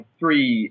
three